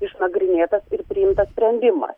išnagrinėtas ir priimtas sprendima